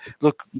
look